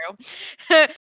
true